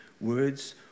words